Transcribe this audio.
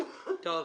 תגידו.